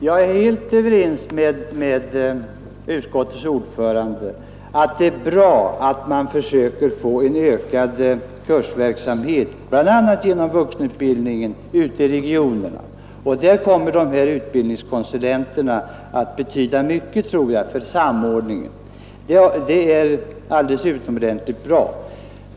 Jag är helt överens med utskottets ordförande att det är bra att man försöker få en ökad kursverksamhet till stånd ute i regionerna, bl.a. genom vuxenutbildning, och där kommer utbildningskonsulenterna enligt min uppfattning att betyda mycket för samordningen. Det är utomordentligt bra.